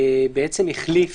החליף